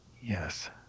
Yes